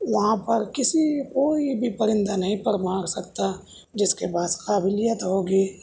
وہاں پر کسی کوئی بھی پرندہ نہیں پر مار سکتا جس کے پاس قابلیت ہوگی